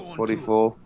forty-four